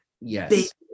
yes